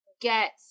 get